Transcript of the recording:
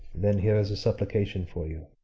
then here is a supplication for you.